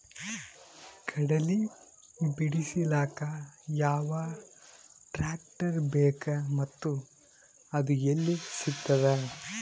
ಕಡಲಿ ಬಿಡಿಸಲಕ ಯಾವ ಟ್ರಾಕ್ಟರ್ ಬೇಕ ಮತ್ತ ಅದು ಯಲ್ಲಿ ಸಿಗತದ?